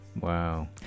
Wow